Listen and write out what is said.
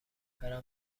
برم